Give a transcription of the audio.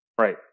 right